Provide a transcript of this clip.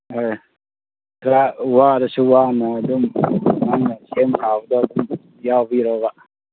ꯍꯣꯏ ꯑꯣꯖꯥ ꯋꯥꯔꯁꯨ ꯋꯥꯅ ꯑꯗꯨꯝ ꯅꯪꯅ ꯁꯦꯝ ꯁꯥꯕꯗꯣ ꯑꯗꯨꯝ ꯌꯥꯎꯕꯤꯔꯣꯕ